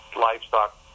livestock